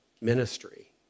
ministry